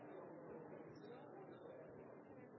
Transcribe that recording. Hvorfor er det så farlig? Det som er